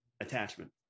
attachment